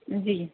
جی